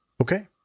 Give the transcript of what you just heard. okay